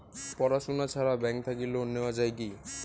পড়াশুনা ছাড়া ব্যাংক থাকি লোন নেওয়া যায় কি?